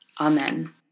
Amen